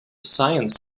science